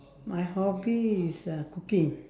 my hobby is uh cooking